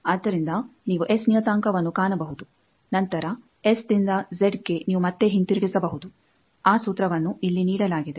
ಆದ್ದರಿಂದ ನೀವು ಎಸ್ ನಿಯತಾಂಕವನ್ನು ಕಾಣಬಹುದು ನಂತರ ಎಸ್ ದಿಂದ ಜೆಡ್ ನೀವು ಮತ್ತೆ ಹಿಂತಿರುಗಿಸಬಹುದು ಆ ಸೂತ್ರವನ್ನು ಇಲ್ಲಿ ನೀಡಲಾಗಿದೆ